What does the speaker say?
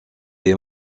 est